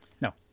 no